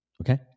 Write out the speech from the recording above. Okay